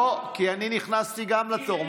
לא, כי אני נכנסתי גם לתור.